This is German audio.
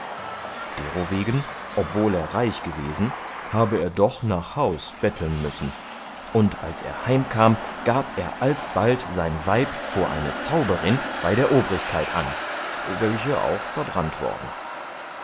derowegen obwohl er reich gewesen habe er doch nach haus bettlen müssen und als er heimkam gab er alsbald sein weib vor eine zauberin bei der obrigkeit an welche auch verbrannt worden